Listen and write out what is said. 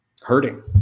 hurting